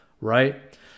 right